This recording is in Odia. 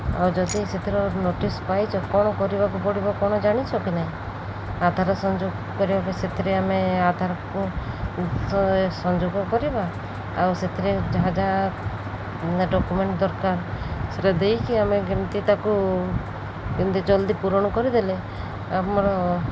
ଆଉ ଯଦି ସେଥିରେ ନୋଟିସ୍ ପାଇଛ କ'ଣ କରିବାକୁ ପଡ଼ିବ କ'ଣ ଜାଣିଛ କି ନାହିଁ ଆଧାର ସଂଯୋଗ କରିବା ପାଇଁ ସେଥିରେ ଆମେ ଆଧାରକୁ ସଂଯୋଗ କରିବା ଆଉ ସେଥିରେ ଯାହା ଯାହା ଡକୁମେଣ୍ଟ୍ ଦରକାର ସେଇଟା ଦେଇକି ଆମେ କେମିତି ତାକୁ କେମିତି ଜଲ୍ଦି ପୂରଣ କରିଦେଲେ ଆମର